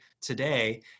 today